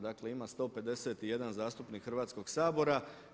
Dakle, ima 151 zastupnik Hrvatskog sabora.